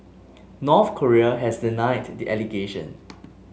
North Korea has denied the allegation